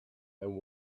and